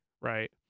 right